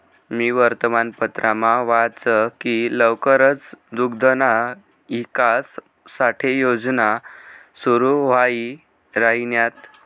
मी वर्तमानपत्रमा वाच की लवकरच दुग्धना ईकास साठे योजना सुरू व्हाई राहिन्यात